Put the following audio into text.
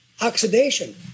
oxidation